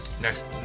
next